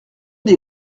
des